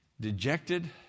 dejected